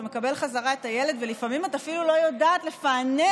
את מקבלת חזרה את הילד ולפעמים את אפילו לא יודעת לפענח,